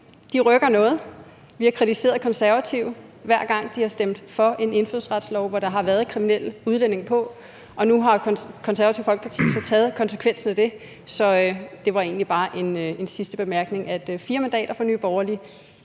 rykker noget. Vi har kritiseret De Konservative, hver gang de har stemt for en indfødsretslov, som der har været kriminelle udlændinge på, og nu har Det Konservative Folkeparti så taget konsekvensen af det. Det var egentlig bare en sidste bemærkning om, at Nye Borgerliges